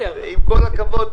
עם כל הכבוד,